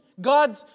God